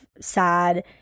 sad